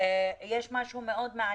יש משהו מאוד מעניין: